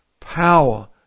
power